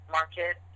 market